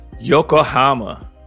Yokohama